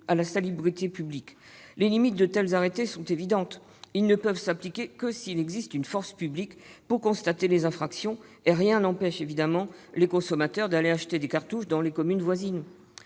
à la salubrité publiques. Les limites de tels arrêtés sont évidentes : ils ne peuvent s'appliquer que s'il existe une force publique pour constater les infractions. En outre, rien n'empêche évidemment les consommateurs d'aller acheter des cartouches dans les communes voisines.